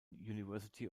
university